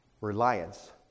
reliance